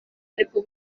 ariko